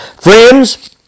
Friends